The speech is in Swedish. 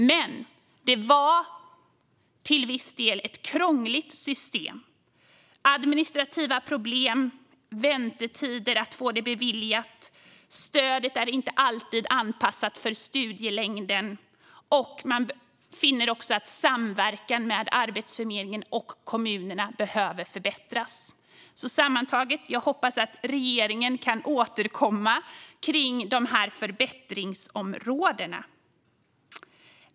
Men det var till viss del ett krångligt system, med administrativa problem och väntetider för att få stödet beviljat. Stödet är inte alltid anpassat för studielängden, och man finner också att samverkan med Arbetsförmedlingen och kommunerna behöver förbättras. Sammantaget hoppas jag att regeringen kan återkomma när det gäller dessa förbättringsområden.